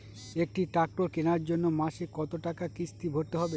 একটি ট্র্যাক্টর কেনার জন্য মাসে কত টাকা কিস্তি ভরতে হবে?